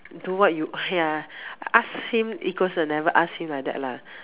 do what you ya ask him equals to never ask him like that lah